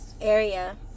area